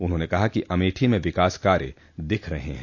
उन्होंने कहा कि अमेठी में विकास कार्य दिख रहे हैं